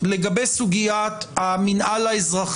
הוועדה תבחר יושב-ראש מבין חבריה לפי המלצת ועדת